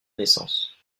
naissance